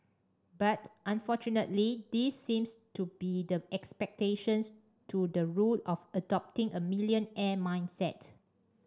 but unfortunately these seems to be the exceptions to the rule of adopting a millionaire mindset